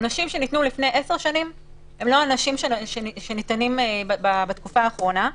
עונשים שניתנו לפני עשר שנים הם לא עונשים שניתנים בתקופה האחרונה.